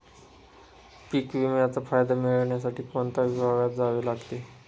पीक विम्याचा फायदा मिळविण्यासाठी कोणत्या विभागात जावे लागते?